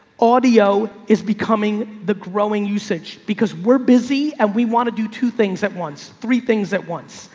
audio is becoming the growing usage because we're busy and we want to do two things at once. three things at once,